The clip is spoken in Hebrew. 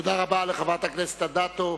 תודה רבה לחברת הכנסת אדטו.